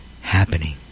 happening